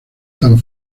tan